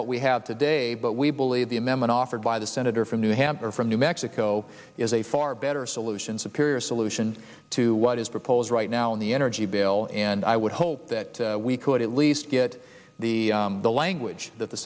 what we have today but we believe the amendment offered by the senator from new hampshire from new mexico is a far better solution superior solution to what is proposed right now in the energy bill and i would hope that we could at least get the language that the